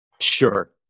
Sure